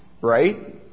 right